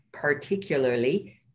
particularly